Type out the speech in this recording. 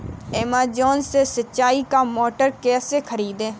Amazon से सिंचाई का मोटर कैसे खरीदें?